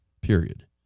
period